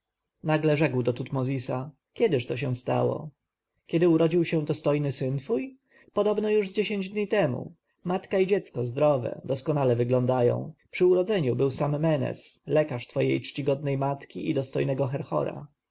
nagle rzekł do tutmozisa kiedyż się to stało kiedy urodził się dostojny syn twój podobno już z dziesięć dni temu matka i dziecko zdrowe doskonale wyglądają przy urodzeniu był sam menes lekarz twojej czcigodnej matki i dostojnego herhora